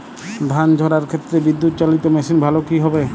ধান ঝারার ক্ষেত্রে বিদুৎচালীত মেশিন ভালো কি হবে?